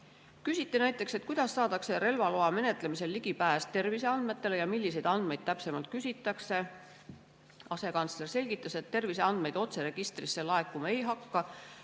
Küsiti näiteks, kuidas saadakse relvaloa menetlemisel ligipääs terviseandmetele ja milliseid andmeid täpsemalt küsitakse. Asekantsler selgitas, et terviseandmed otse registrisse laekuma ei hakka